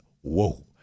Whoa